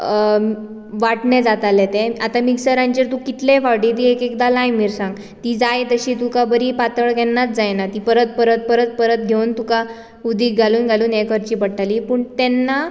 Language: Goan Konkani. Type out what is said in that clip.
वांटणें जातालें तें आतां मिक्सराचेर तूं कितले फावटीं ती एक एकदा लाय मिरसांग ती जाय तशी तुका बरी पातळ केन्नाच जायना ती परत परत परत परत घेवन तुका उदक घालून घालून हें करचें पडटलें पूण तेन्ना